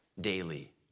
daily